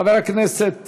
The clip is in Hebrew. חבר הכנסת